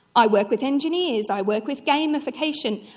i work with engineers, i work with gamification,